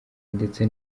ndetse